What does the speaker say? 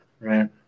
right